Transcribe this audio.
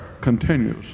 continues